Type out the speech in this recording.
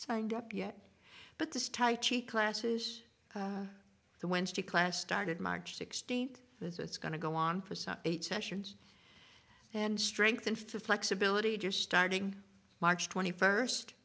signed up yet but this tight cheap classes the wednesday class started march sixteenth so it's going to go on for some eight sessions and strength and flexibility just starting march twenty first